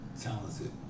talented